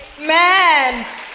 Man